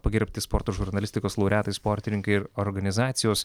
pagerbti sporto žurnalistikos laureatai sportininkai ir organizacijos